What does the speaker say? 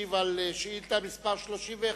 ישיב על שאילתא מס' 31,